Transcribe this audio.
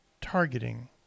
targeting